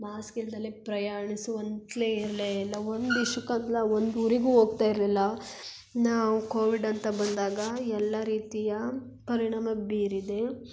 mask ಇಲ್ದಲೆ ಪ್ರಯಾಣಿಸುವಂತ್ಯೇ ಇರಲೇ ಇಲ್ಲ ಒಂದು ದೇಶಕ್ಕಲ್ಲ ಒಂದು ಊರಿಗೂ ಹೋಗ್ತಾ ಇರಲಿಲ್ಲ ನಾವು ಕೋವಿಡ್ ಅಂತ ಬಂದಾಗ ಎಲ್ಲ ರೀತಿಯ ಪರಿಣಾಮ ಬೀರಿದೆ